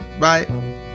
Bye